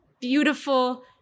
beautiful